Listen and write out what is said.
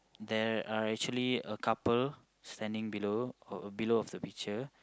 there are actually a couple standing below below of the picture